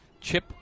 Chip